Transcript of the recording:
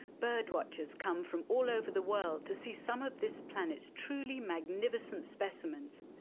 birdwatchers come from all over the world to see some of this planet's truly magnificent specimens.